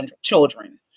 children